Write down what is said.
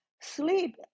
sleep